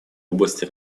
области